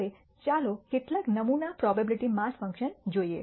હવે ચાલો કેટલાક નમૂના પ્રોબેબીલીટી માસ ફંકશન જોઈએ